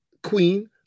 queen